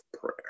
prayer